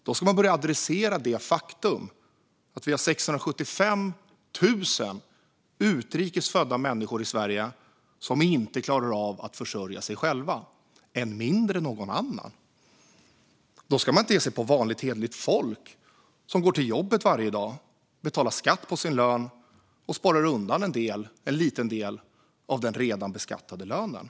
Då ska man börja adressera det faktum att vi har 675 000 utrikes födda människor i Sverige som inte klarar av att försörja sig själva, än mindre någon annan. Då ska man inte ge sig på vanligt hederligt folk som går till jobbet varje dag, betalar skatt på sin lön och sparar undan en liten del av den redan beskattade lönen.